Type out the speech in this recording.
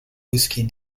whisky